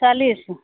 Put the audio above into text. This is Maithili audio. चालिस